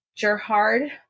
Gerhard